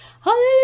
Hallelujah